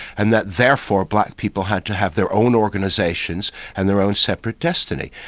and that therefore black people had to have their own organisations and their own separate destiny.